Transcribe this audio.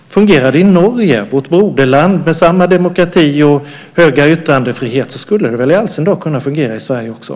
Fungerar det i Norge, vårt broderland med samma demokrati och stora yttrandefrihet, skulle det väl i all sin dar kunna fungera också i Sverige.